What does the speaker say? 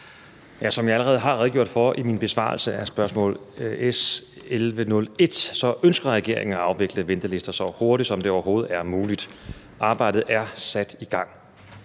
Som jeg allerede har redegjort for i min besvarelse af spørgsmål S 1101, ønsker regeringen at afvikle ventelister så hurtigt, som det overhovedet er muligt. Arbejdet er sat i gang.